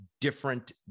different